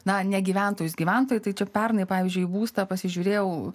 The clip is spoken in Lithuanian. na ne gyventojus gyventojų skaičių pernai pavyzdžiui būstą pasižiūrėjau